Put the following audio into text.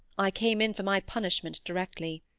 i came in for my punishment directly.